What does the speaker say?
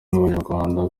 n’abanyarwanda